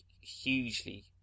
hugely